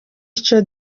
ico